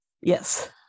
Yes